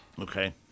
Okay